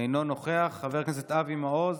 אינו נוכח, חבר הכנסת אבי מעוז,